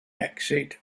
exit